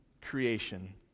creation